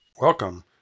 Welcome